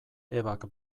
ebak